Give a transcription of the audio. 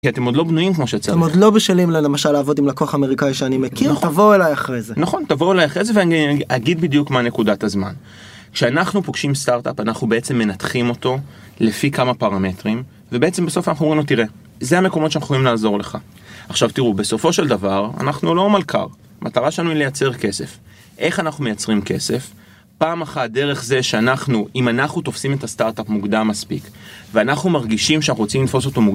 אתם עוד לא בנויים כמו שצריך. אתם עוד לא בשלים למשל, לעבוד עם לקוח אמריקאי שאני מכיר, תבואו אליי אחרי זה. נכון, תבואו אליי אחרי זה ואני אגיד בדיוק מה נקודת הזמן. כשאנחנו פוגשים סטארט-אפ אנחנו בעצם מנתחים אותו לפי כמה פרמטרים, ובעצם בסוף אנחנו אומרים לו, תראה, זה המקומות שאנחנו הולכים לעזור לך. עכשיו תראו, בסופו של דבר, אנחנו לא מלכ"ר. מטרה שלנו היא לייצר כסף. איך אנחנו מייצרים כסף? פעם אחת, דרך זה שאנחנו, אם אנחנו תופסים את הסטארט-אפ מוקדם מספיק, ואנחנו מרגישים שאנחנו רוצים לתפוס אותו מוקדם.